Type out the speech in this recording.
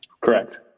Correct